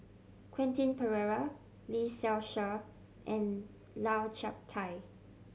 Quentin Pereira Lee Seow Ser and Lau Chiap Khai